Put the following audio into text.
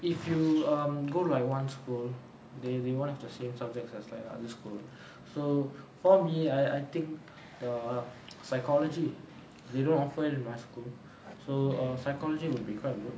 if you go um like one school they they won't have have the same subjects as like other school so for me I I think the psychology they don't offer in my school so err psychology will be quite good